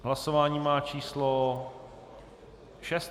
Hlasování má číslo 6.